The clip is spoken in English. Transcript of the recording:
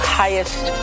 highest